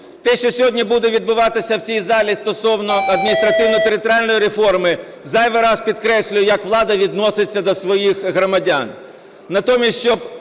Те, що сьогодні буде відбуватися в цій залі стосовно адміністративно-територіальної реформи, зайвий раз підкреслює, як влада відноситься до своїх громадян.